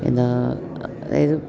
എന്താ അതായത്